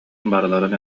барыларын